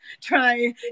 try